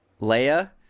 Leia